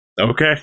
Okay